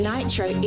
Nitro